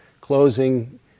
closing